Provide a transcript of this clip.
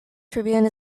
tribune